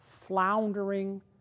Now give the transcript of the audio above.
floundering